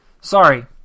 sorry